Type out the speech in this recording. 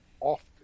often